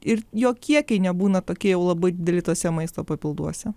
ir jokie kai nebūna tokie jau labai dideli tuose maisto papilduose